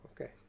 Okay